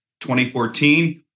2014